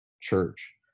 church